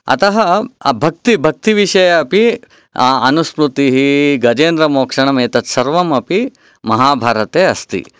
अतः भक्ति भक्तिविषये अपि अनुस्मृतिः गजेन्द्रमोक्षणम् एतत् सर्वमपि महाभारते अस्ति